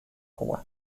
koe